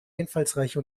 einfallsreiche